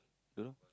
don't know